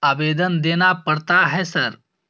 आवेदन देना पड़ता है सर?